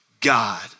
God